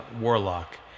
Warlock